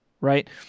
Right